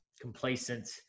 complacent